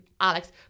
Alex